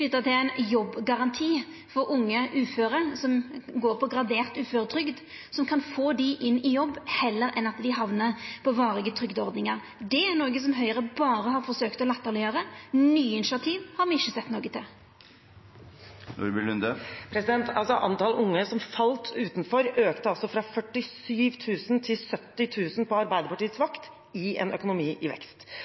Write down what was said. til ein jobbgaranti for unge uføre som går på gradert uføretrygd. Det kan få dei i jobb heller enn at dei hamnar på varige trygdeordningar. Det er noko Høgre berre har forsøkt å latterleggjera. Nye initiativ har me ikkje sett noko til. Antall unge som falt utenfor, økte altså fra 47 000 til 70 000 på Arbeiderpartiets vakt i en økonomi i vekst.